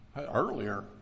earlier